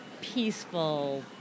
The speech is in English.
peaceful